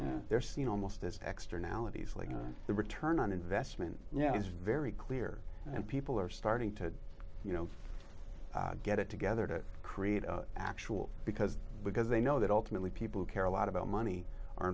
way they're seen almost as extra analogies like on the return on investment yeah it's very clear and people are starting to you know get it together to create actual because because they know that ultimately people who care a lot about money are